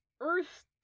Earth